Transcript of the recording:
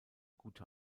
gute